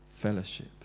fellowship